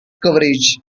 coverage